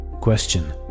Question